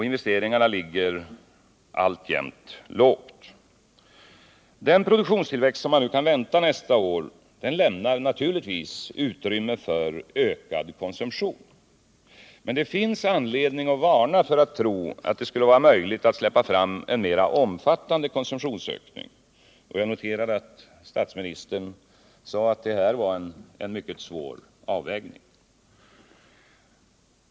Investeringarna ligger också alltjämt lågt. Den produktionstillväxt som man nu kan vänta nästa år lämnar naturligtvis utrymme för ökad konsumtion. Men det finns anledning att varna för att tro att det skulle vara möjligt att släppa fram en mera omfattande konsumtionsökning. Jag noterade att statsministern sade att det här rör sig om en mycket svår avvägning.